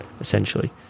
essentially